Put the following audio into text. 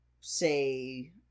say